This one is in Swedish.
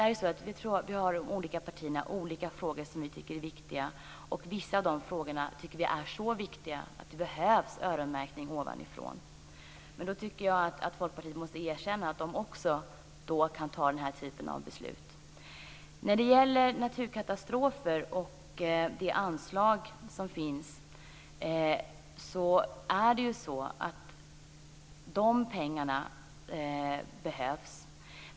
Vi i de olika partierna har ju olika frågor som vi tycker är viktiga och vissa av de frågorna är så viktiga att det behövs öronmärkning ovanifrån. Jag tycker därför att Folkpartiet måste erkänna att de också kan ta den här typen av beslut. När det gäller naturkatastrofer och det anslag som finns är det bara att konstatera att de pengarna behövs.